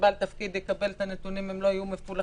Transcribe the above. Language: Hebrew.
כשבעל תפקיד יקבל את הנתונים הם לא יהיו מפולחים.